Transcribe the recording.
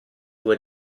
due